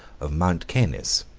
of mount cenis,